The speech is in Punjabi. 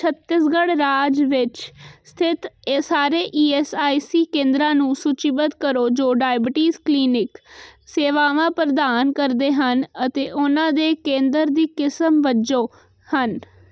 ਛੱਤੀਸਗੜ੍ਹ ਰਾਜ ਵਿੱਚ ਸਥਿਤ ਸਾਰੇ ਈ ਐੱਸ ਆਈ ਸੀ ਕੇਂਦਰਾਂ ਨੂੰ ਸੂਚੀਬੱਧ ਕਰੋ ਜੋ ਡਾਇਬੀਟੀਜ਼ ਕਲੀਨਿਕ ਸੇਵਾਵਾਂ ਪ੍ਰਦਾਨ ਕਰਦੇ ਹਨ ਅਤੇ ਉਹਨਾਂ ਦੇ ਕੇਂਦਰ ਦੀ ਕਿਸਮ ਵਜੋਂ ਹਨ